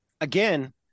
Again